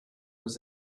was